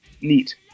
Neat